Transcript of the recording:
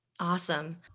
Awesome